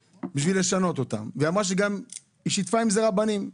כבר שנה כדי לשנות אותן ושהיא גם שיתפה בזה רבנים.